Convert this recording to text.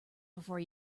before